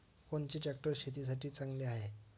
कोनचे ट्रॅक्टर शेतीसाठी चांगले हाये?